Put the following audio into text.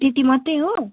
ए त्यति मात्रै हो